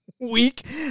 week